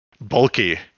Bulky